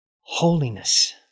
holiness